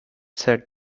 said